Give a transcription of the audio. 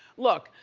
look.